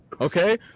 Okay